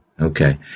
Okay